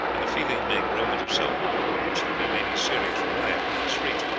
and the feeling may grow into so hot a rage that there may be serious rioting in the streets.